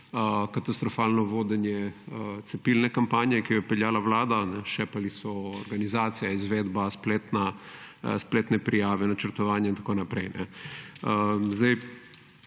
katastrofalno vodenje cepilne kampanje, ki jo je peljala Vlada. Šepali so organizacija, izvedba, spletne prijave, načrtovanja in tako naprej.